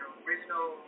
original